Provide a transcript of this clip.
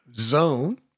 Zone